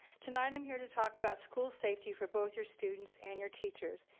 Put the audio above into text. tonight i'm here to talk about school safety for both your students and your teachers,